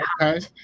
Okay